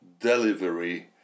delivery